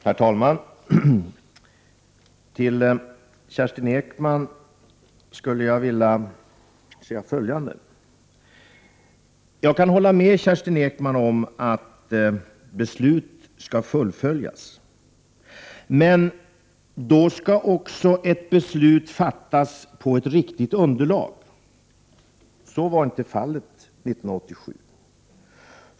Herr talman! Till Kerstin Ekman skulle jag vilja säga följande. Jag kan hålla med henne om att beslut skall fullföljas. Men då skall också beslut fattas på ett riktigt underlag. Så var inte fallet 1987.